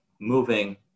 moving